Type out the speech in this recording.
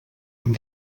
amb